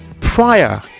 prior